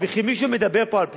וכי מישהו מדבר פה על פליטים?